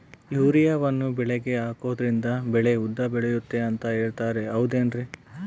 ಯೂರಿಯಾವನ್ನು ಬೆಳೆಗೆ ಹಾಕೋದ್ರಿಂದ ಬೆಳೆ ಉದ್ದ ಬೆಳೆಯುತ್ತೆ ಅಂತ ಹೇಳ್ತಾರ ಹೌದೇನ್ರಿ?